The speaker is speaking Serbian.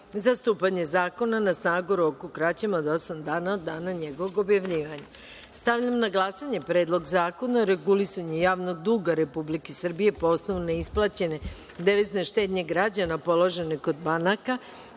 za stupanje zakona na snagu u roku kraćem od osam dana od dana njegovog objavljivanja. Stavljam na glasanje Predlog zakona o regulisanju javnog duga Republike Srbije po osnovu neisplaćene devizne štednje građana položene kod banaka